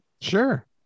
Sure